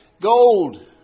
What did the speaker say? gold